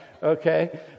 Okay